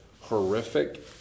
horrific